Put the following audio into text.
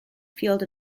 field